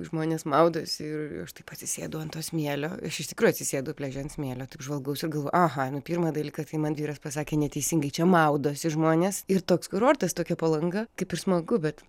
žmonės maudosi ir aš taip atsisėdau ant to smėlio aš iš tikrųjų atsisėdau pliaže ant smėlio taip žvalgausi ir galvoju aha nu pirmą dalyką tai man vyras pasakė neteisingai čia maudosi žmonės ir toks kurortas tokia palanga kaip ir smagu bet